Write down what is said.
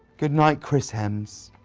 goodnight, chris hems